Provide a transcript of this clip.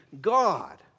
God